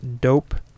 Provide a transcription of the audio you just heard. Dope